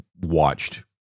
watched